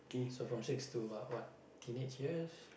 so from six to about what teenage years